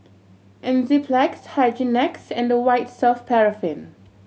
Enzyplex Hygin X and White Soft Paraffin